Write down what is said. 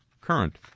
Current